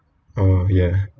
oh ya